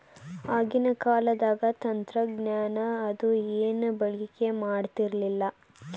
ಆಗಿನ ಕಾಲದಾಗ ತಂತ್ರಜ್ಞಾನ ಅದು ಏನು ಬಳಕೆ ಮಾಡತಿರ್ಲಿಲ್ಲಾ